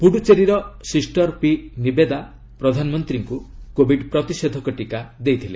ପୁଡ଼ୁଚେରୀର sister P Niveda ପ୍ରଧାନମନ୍ତ୍ରୀଙ୍କୁ Covid ପ୍ରତିଷେଧକ ଟିକା ଦେଇଥିଲେ